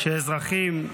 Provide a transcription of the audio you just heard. כשאזרחים,